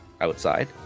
outside